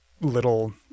little